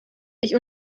ich